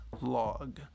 Log